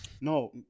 No